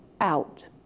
out